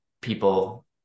people